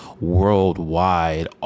worldwide